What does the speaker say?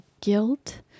guilt